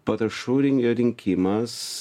parašų rin rinkimas